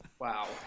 Wow